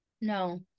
No